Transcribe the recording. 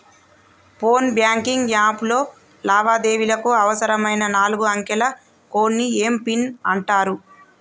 phone banking app లో లావాదేవీలకు అవసరమైన నాలుగు అంకెల కోడ్ని ఏం పిన్ అంటారు